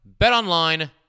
BetOnline